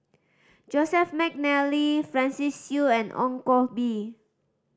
Joseph McNally Francis Seow and Ong Koh Bee